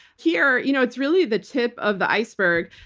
here you know it's really the tip of the iceberg.